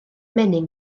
menyn